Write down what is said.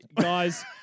Guys